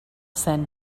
sand